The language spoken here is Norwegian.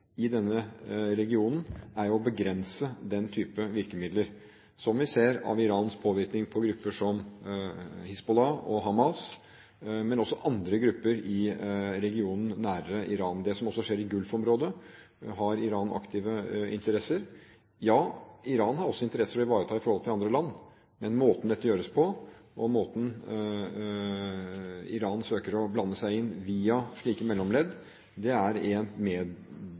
i denne regionen, er jo å begrense den typen virkemidler, som vi ser i Irans påvirkning på grupper som Hizbollah og Hamas, men også andre grupper i regionen nærmere Iran. Også i det som skjer i Golfområdet, har Iran aktive interesser. Ja, Iran har også interesser å ivareta i forhold til andre land, men måten dette gjøres på, måten Iran søker å blande seg inn på via slike mellomledd, er en